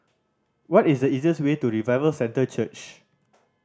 what is the easiest way to Revival Centre Church